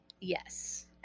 Yes